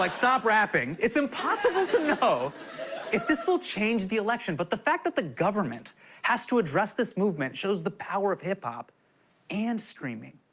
like stop rapping. it's impossible to know if this will change the election, but the fact that the government has to address this movement shows the power of hip-hop and streaming.